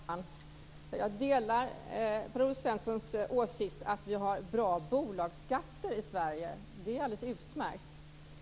Fru talman! Jag delar Per-Olof Svenssons åsikt att vi har bra bolagsskatter i Sverige. Det är alldeles utmärkt.